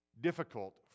difficult